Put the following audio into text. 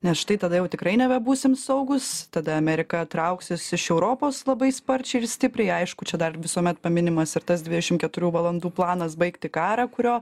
nes štai tada jau tikrai nebebūsim saugūs tada amerika trauksis iš europos labai sparčiai ir stipriai aišku čia dar visuomet paminimas ir tas dvidešim keturių valandų planas baigti karą kurio